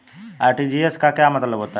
RTGS का क्या मतलब होता है?